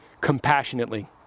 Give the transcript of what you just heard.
compassionately